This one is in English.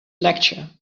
lecture